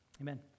amen